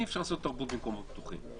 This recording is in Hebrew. אי-אפשר לעשות תרבות במקומות פתוחים.